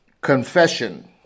Confession